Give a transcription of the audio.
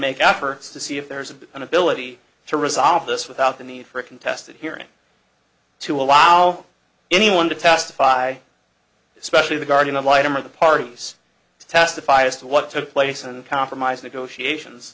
make efforts to see if there is an ability to resolve this without the need for a contested hearing to allow anyone to testify especially the guardian ad litem or the parties to testify as to what took place and compromise negotiations